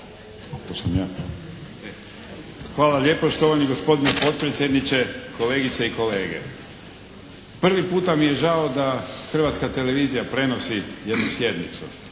To sam ja. Hvala lijepa štovani gospodine potpredsjedniče. Kolegice i kolege. Prvi puta mi je žao da Hrvatska televizija prenosi jednu sjednicu.